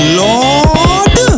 lord